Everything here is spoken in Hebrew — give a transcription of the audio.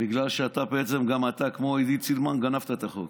כי אתה, כמו עידית סילמן, גנבת את החוק.